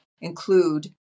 include